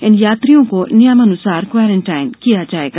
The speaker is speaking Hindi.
इन यात्रियों को नियमानुसार क्वारेंटाइन किया जाएगा